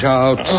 out